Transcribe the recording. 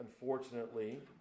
unfortunately